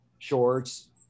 shorts